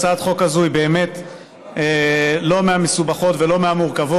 הצעת החוק הזו היא באמת לא מהמסובכות ולא מהמורכבות.